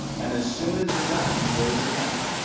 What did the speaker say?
and as soon as you're done, raise your hand,